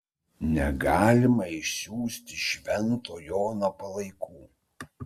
negalima išsiųsti švento jono palaikų